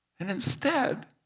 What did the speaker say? and instead,